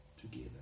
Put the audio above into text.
together